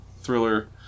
thriller